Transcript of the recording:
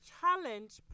challenge